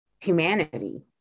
humanity